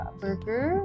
burger